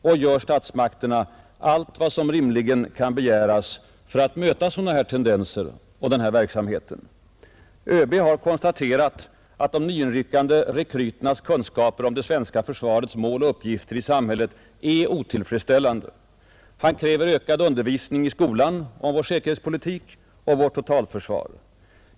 Och gör statsmakterna allt vad som rimligen kan begäras för att möta sådana här tendenser och sådan här verksamhet? ÖB har konstaterat att de nyinryckande rekryternas kunskaper om det svenska försvarets mål och uppgifter i samhället är otillfredsställande. Han kräver ökad undervisning i skolan om vår säkerhetspolitik och vårt totalförsvar.